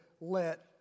Let